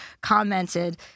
commented